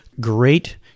great